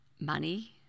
money